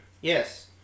Yes